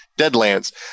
Deadlands